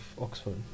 Oxford